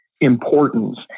importance